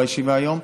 בישיבה היום,